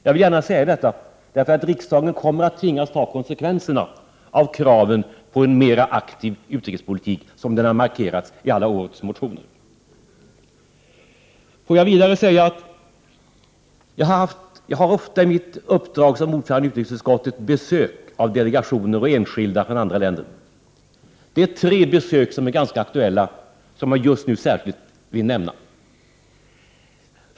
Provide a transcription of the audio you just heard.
Jag vill gärna säga detta, därför att riksdagen kommer att tvingas ta konsekvenserna av kraven på en mera aktiv utrikespolitik som den har markerats i alla årets motioner. Låt mig vidare säga att jag i mitt uppdrag som ordförande i utrikesutskottet ofta får besök av delegationer och enskilda från andra länder. Jag vill särskilt nämna tre besök som just nu är ganska aktuella.